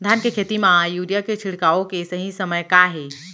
धान के खेती मा यूरिया के छिड़काओ के सही समय का हे?